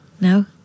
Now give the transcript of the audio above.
No